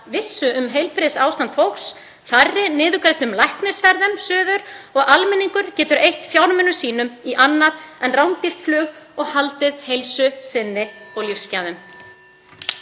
vissu um heilbrigðisástand fólks, færri niðurgreiddum læknisferðum suður — og almenningur getur eytt fjármunum sínum í annað en rándýrt flug og haldið heilsu sinni og lífsgæðum.